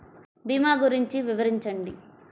భీమా గురించి వివరించండి?